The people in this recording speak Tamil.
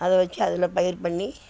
அதை வச்சு அதில் பயிர் பண்ணி